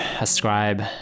ascribe